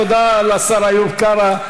תודה לשר איוב קרא.